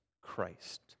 Christ